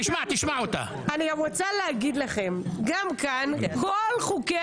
אני גם רוצה להגיד לכם גם כאן כל חוקי